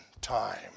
time